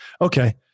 okay